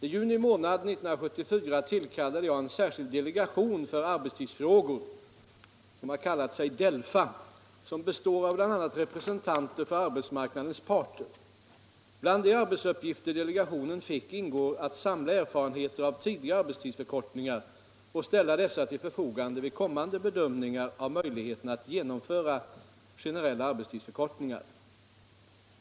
I juni månad 1974 tillkallade jag en särskild delegation för arbetstidsfrågor , som består av bl.a. representanter för arbetsmarknadens parter. Bland de arbetsuppgifter delegationen fick ingår att samla erfarenheter av tidigare arbetstidsförkortningar och ställa dessa till förfogande vid kommande bedömningar av möjligheterna att genomföra generella arbetstidsförkortningar.